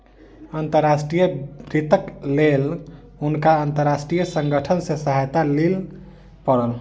अंतर्राष्ट्रीय वित्तक लेल हुनका अंतर्राष्ट्रीय संगठन सॅ सहायता लिअ पड़ल